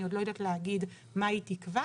אני עוד לא יודעת להגיד מה היא תקבע,